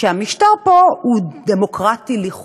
שהמשטר פה הוא דמוקרטי-לכאורה,